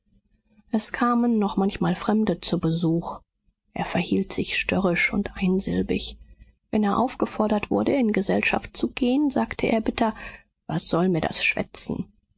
es kamen noch manchmal fremde zu besuch er verhielt sich störrisch und einsilbig wenn er aufgefordert wurde in gesellschaft zu gehen sagte er bitter was soll mir das schwätzen